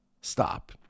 stop